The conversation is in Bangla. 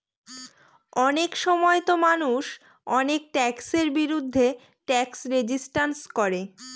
অনেক সময়তো মানুষ অনেক ট্যাক্সের বিরুদ্ধে ট্যাক্স রেজিস্ট্যান্স করে